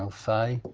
um si?